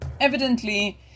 Evidently